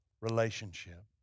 relationship